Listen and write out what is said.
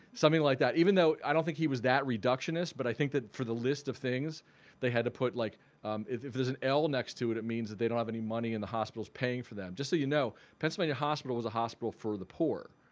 something like that even though i don't think he was that reductionist but i think that for the list of things they had to put like if if there's an l next to it, it means that they don't have any money and the hospital's paying for them. just so you know pennsylvania hospital was a hospital for the poor.